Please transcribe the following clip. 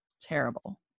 terrible